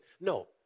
no